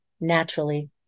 naturally